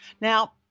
Now